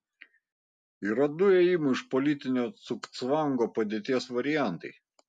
yra du ėjimų iš politinio cugcvango padėties variantai